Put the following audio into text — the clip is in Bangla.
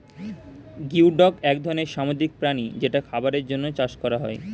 গিওডক এক ধরনের সামুদ্রিক প্রাণী যেটা খাবারের জন্যে চাষ করা হয়